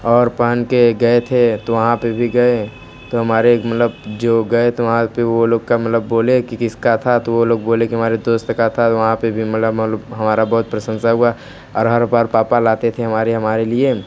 और पहन के गए थे तो वहाँ पर भी गए तो हमारे एक मतलब जो गए तो वहाँ पर वो लोग का मलब बोले कि किसका था तो वो लोग बोले कि हमारे दोस्त का था वहाँ पर भी मतलब मान लो हमारी बहुत प्रशंसा हुई और हर बार पापा लाते थे हमारे हमारे लिए